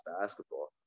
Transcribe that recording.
basketball